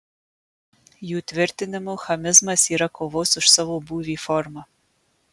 jų tvirtinimu chamizmas yra kovos už savo būvį forma